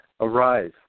Arise